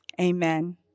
Amen